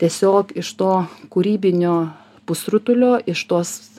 tiesiog iš to kūrybinio pusrutulio iš tos